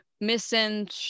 missing